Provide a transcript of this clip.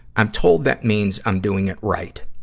i'm told that means i'm doing it right.